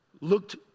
looked